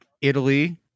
Italy